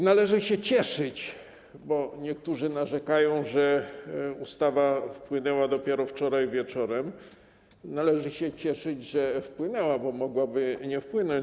Należy się cieszyć - bo niektórzy narzekają, że ustawa wpłynęła dopiero wczoraj wieczorem - że ustawa wpłynęła, bo mogłaby nie wpłynąć.